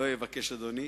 לא אבקש, אדוני,